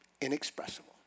Inexpressible